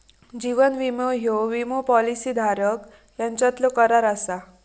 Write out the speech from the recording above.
जीवन विमो ह्यो विमो पॉलिसी धारक यांच्यातलो करार असा